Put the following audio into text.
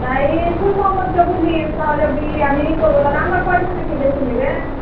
তাই ফুল মহম্মদকে বলি তাহলে ই আমিই করবো তাহলে আমার পয়সা নাকি বেশি নেবে